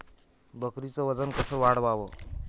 बकरीचं वजन कस वाढवाव?